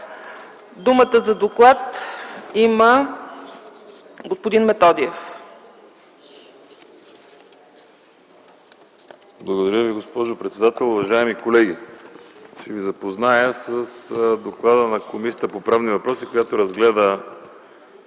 Думата за доклад има господин Методиев.